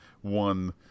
one